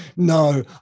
No